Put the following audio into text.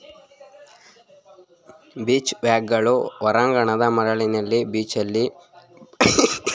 beach ವ್ಯಾಗನ್ಗಳು ಹೊರಾಂಗಣ ಮರಳಿನ ಬೀಚಲ್ಲಿ ಬಹುಪಯೋಗಿ ಬಳಕೆಗಾಗಿ ಬಾಗಿಕೊಳ್ಳಬಹುದಾದ ಮಡಿಸುವ ಬಂಡಿಗಳಾಗಿವೆ